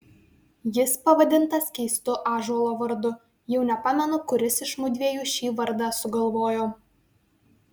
jis pavadintas keistu ąžuolo vardu jau nepamenu kuris iš mudviejų šį vardą sugalvojo